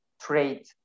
trade